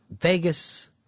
Vegas